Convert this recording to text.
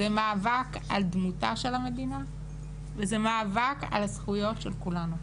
זה מאבק על דמותה של המדינה וזה מאבק על הזכויות של כולנו.